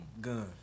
gun